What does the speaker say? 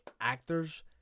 actors